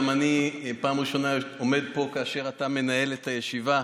גם אני פעם ראשונה עומד פה כאשר אתה מנהל את הישיבה.